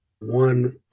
one